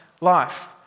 life